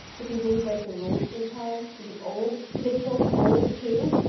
for people who break the rules three times? for the old? do they kill the old, too?